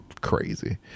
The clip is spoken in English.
Crazy